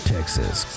Texas